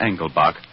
Engelbach